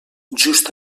just